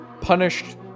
punished